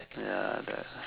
ya the